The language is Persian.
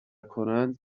کنند